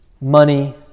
money